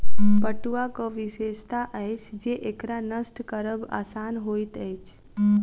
पटुआक विशेषता अछि जे एकरा नष्ट करब आसान होइत अछि